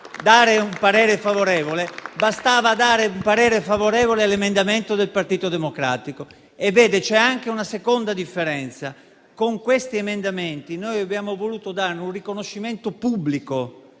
bastava dare un parere favorevole all'emendamento del Partito Democratico. Vede, c'è anche una seconda differenza. Con questi emendamenti abbiamo voluto dare un riconoscimento pubblico